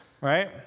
right